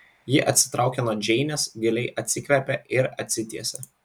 ji atsitraukė nuo džeinės giliai atsikvėpė ir atsitiesė